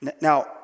Now